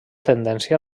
tendència